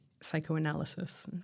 psychoanalysis